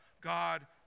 God